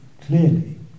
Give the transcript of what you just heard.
clearly